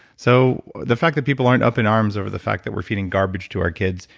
so the fact that people aren't up in arms over the fact that we're feeding garbage to our kids,